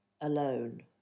alone